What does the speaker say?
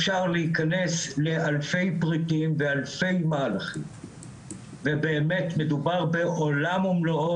אפשר להיכנס לאלפי פריטים ואלפי מהלכים ובאמת מדובר בעולם ומלואו